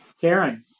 Karen